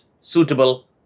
suitable